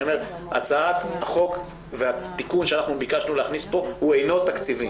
הצעת החוק והתיקון שאנחנו ביקשנו להכניס פה הוא אינו תקציבי.